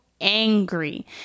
angry